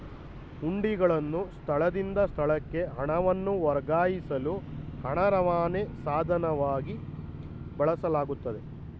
ಹುಂಡಿಗಳನ್ನು ಸ್ಥಳದಿಂದ ಸ್ಥಳಕ್ಕೆ ಹಣವನ್ನು ವರ್ಗಾಯಿಸಲು ಹಣ ರವಾನೆ ಸಾಧನವಾಗಿ ಬಳಸಲಾಗುತ್ತೆ